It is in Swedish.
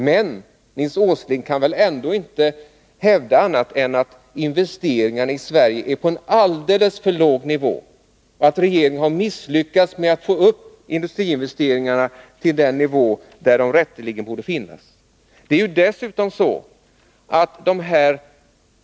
Men Nils Åsling kan väl ändå inte hävda annat än att investeringarna i Sverige ligger på alldeles för låg nivå och att regeringen har misslyckats med att få upp industriinvesteringarna till den nivå där de rätteligen borde finnas.